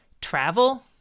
Travel